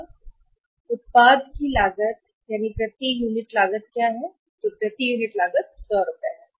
और उत्पाद की लागत प्रति यूनिट लागत से कम लागत क्या है प्रति यूनिट उत्पादन की लागत का उत्पाद 100 रुपये है